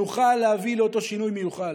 נוכל להביא לאותו שינוי מיוחל.